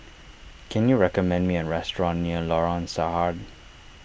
can you recommend me a restaurant near Lorong Sarhad